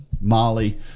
molly